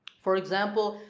for example,